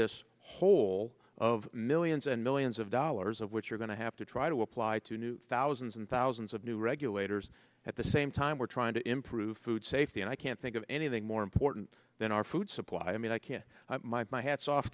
this whole of millions and millions of dollars of which are going to have to try to apply to new thousands and thousands of new regulators at the same time we're trying to improve food safety and i can't think of anything more important than our food supply i mean i can my hat's off